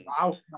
wow